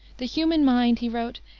the human mind, he wrote,